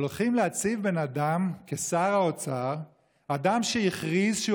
אבל הולכים להציב כשר האוצר בן אדם שהכריז שהוא